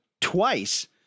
twice